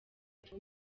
tube